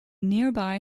nearby